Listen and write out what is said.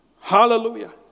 Hallelujah